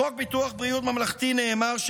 בחוק ביטוח בריאות ממלכתי נאמר, נא לסיים.